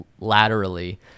laterally